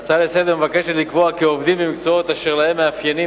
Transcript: ההצעה לסדר-היום מבקשת לקבוע כי עובדים במקצועות אשר להם מאפיינים